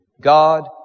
God